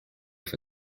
for